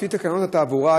לפי תקנות התעבורה,